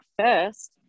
first